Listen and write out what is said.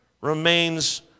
remains